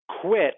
quit